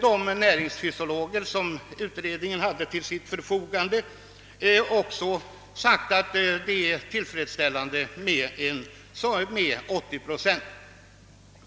De näringsfysiologer som stått till utredningens förfogande har också sagt att det är tillfredsstäl lande med en åttioprocentig självförsörjningsgrad.